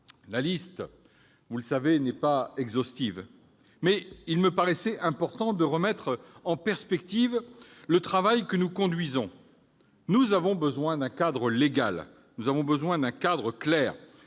La liste, vous le savez, n'est pas exhaustive. Mais il me paraissait important de remettre en perspective le travail que nous conduisons. Nous avons besoin d'un cadre légal clair, facilitateur,